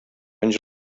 anys